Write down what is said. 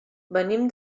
venim